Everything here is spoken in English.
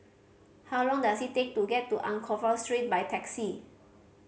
how long does it take to get to Anchorvale Street by taxi